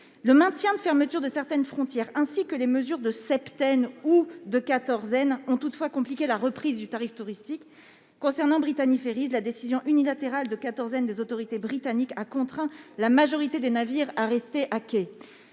le maintien de la fermeture de certaines frontières et les mesures de septaine ou de quatorzaine ont compliqué la reprise du trafic touristique. S'agissant de Brittany Ferries, la décision unilatérale de quatorzaine des autorités britanniques a contraint la majorité des navires à rester à quai.